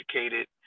educated